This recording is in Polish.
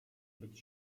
być